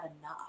enough